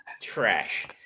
trash